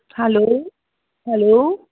hello hello